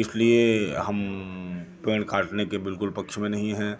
इसलिए हम पेड़ काटने के बिल्कुल पक्ष में नहीं है